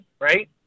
right